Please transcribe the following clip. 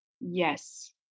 Yes